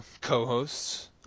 co-hosts